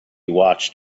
watched